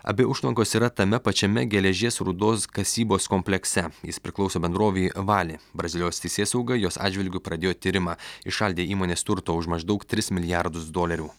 abi užtvankos yra tame pačiame geležies rūdos kasybos komplekse jis priklauso bendrovei vali brazilijos teisėsauga jos atžvilgiu pradėjo tyrimą įšaldė įmonės turto už maždaug tris milijardus dolerių